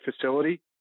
facility